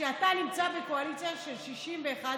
כשאתה נמצא בקואליציה של 61,